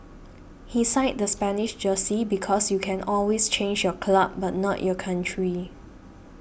he signed the Spanish jersey because you can always change your club but not your country